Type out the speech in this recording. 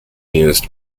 used